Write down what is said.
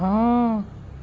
ہاں